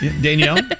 Danielle